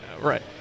Right